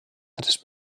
tres